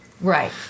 Right